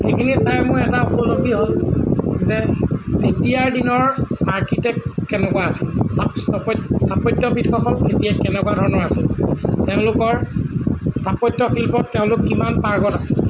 সেইখিনি চাই মোৰ এটা উপলব্ধি হ'ল যে তেতিয়াৰ দিনৰ আৰ্কিটেক্ট কেনেকুৱা আছিল স্থাপত্যবিদসকল তেতিয়া কেনেকুৱা ধৰণৰ আছিল তেওঁলোকৰ স্থাপত্যশিল্পত তেওঁলোক কিমান পাৰ্গত আছিল